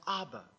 Abba